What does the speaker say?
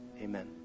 Amen